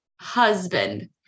husband